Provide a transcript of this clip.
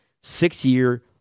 six-year